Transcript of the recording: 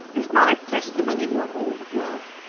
if my testimony were aught worth,